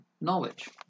knowledge